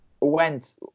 went